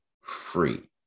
free